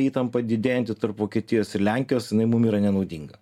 įtampa didėjanti tarp vokietijos ir lenkijos jinai mum yra nenaudinga